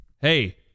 Hey